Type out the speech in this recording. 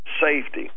safety